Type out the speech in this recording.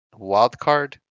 Wildcard